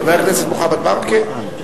חבר הכנסת מוחמד ברכה,